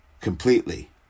completely